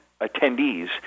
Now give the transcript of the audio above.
attendees